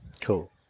Cool